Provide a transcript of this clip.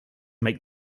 make